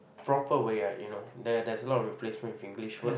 proper way like you know there there's a lot of replacement with English words